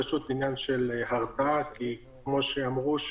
זה פשוט עניין של הרתעה, כי, כמו שאמרו,